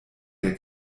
der